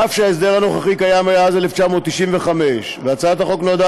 אף שההסדר הנוכחי קיים מאז 1995 והצעת החוק נועדה